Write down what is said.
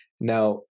Now